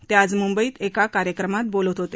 ते आज मुंबईत एका कार्यक्रमात बोलत होते